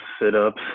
sit-ups